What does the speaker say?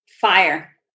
fire